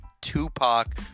Tupac